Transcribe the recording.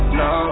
no